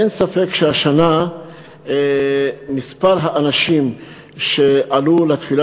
אין ספק שהשנה מספר האנשים שעלו לתפילה